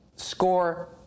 Score